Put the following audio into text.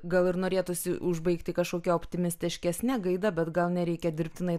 gal ir norėtųsi užbaigti kažkokį optimistiškesne gaida bet gal nereikia dirbtinai